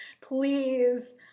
please